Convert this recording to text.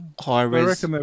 high-res